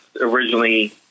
originally